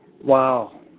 Wow